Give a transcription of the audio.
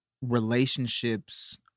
relationships